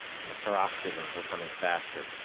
and the paroxysms were coming faster.